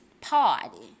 Party